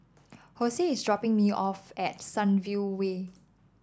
Hosea is dropping me off at Sunview Way